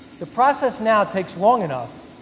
the process now takes long enough,